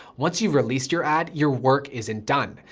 once you've released your ad, your work isn't done.